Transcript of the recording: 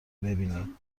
ببینی